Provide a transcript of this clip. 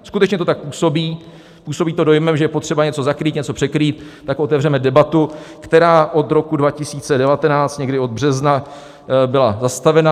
Skutečně to tak působí, působí to dojmem, že je potřeba něco zakrýt, něco překrýt, tak otevřeme debatu, která od roku 2019, někdy od března, byla zastavena.